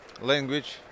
language